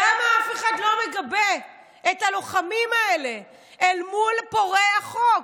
אף אחד לא מגבה את הלוחמים האלה אל מול פורעי החוק.